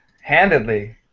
handedly